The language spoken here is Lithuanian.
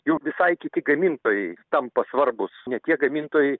jau visai kiti gamintojai tampa svarbūs ne tie gamintojai